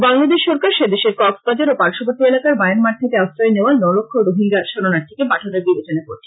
বাংলাদেশ সরকার সেদেশের কক্স বাজার ও পার্শ্ববর্তী এলাকায় মায়ানম্মার থেকে আশ্রয় নেওয়া ন লক্ষ রোহিঙ্গা শরনাথীকে পাঠানোর বিবেচনা করছে